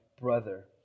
brother